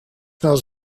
knows